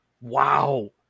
Wow